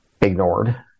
ignored